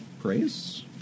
praise